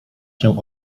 się